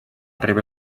rebre